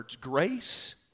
grace